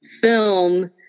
film